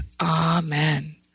Amen